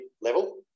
level